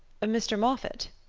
mr. moffatt!